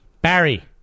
Barry